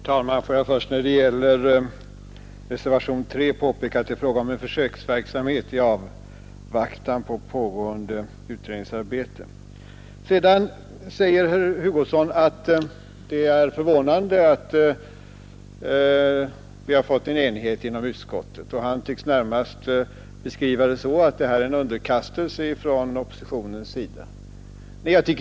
Herr talman! Låt mig först när det gäller reservationen 3 påpeka att det är fråga om en försöksverksamhet i avvaktan på pågående utredningsarbete. Herr Hugosson sade att det är förvånande att vi har uppnått enighet inom utskottet, och han tycks närmast beskriva det hela så att det är fråga om en underkastelse från oppositionens sida.